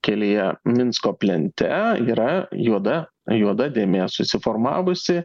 kelyje minsko plente yra juoda juoda dėmė susiformavusi